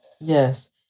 Yes